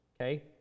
Okay